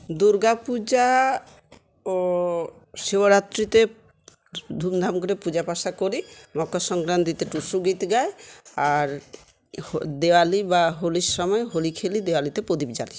দুর্গাপূজা ও শিবরাত্রিতে ধুমধাম করে পূজা পাসা করি মকর সংক্রান্তিতে টুসু গীত গাই আর দেওয়ালি বা হোলির সময় হোলি খেলি দেওয়ালিতে প্রদীপ জ্বালি